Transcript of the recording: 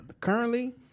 currently